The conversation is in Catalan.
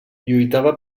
lluitava